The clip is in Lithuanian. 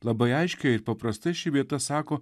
labai aiškiai ir paprastai ši vieta sako